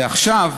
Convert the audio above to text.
ועכשיו,